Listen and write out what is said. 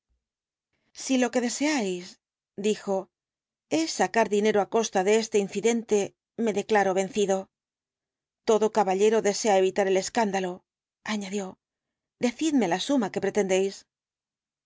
si lo que deseáis dijo es sacar dinero á costa de este incidente me declaro vencido todo caballero desea evitar el escándalo añadió decidme la suma que pretendéis